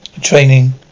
training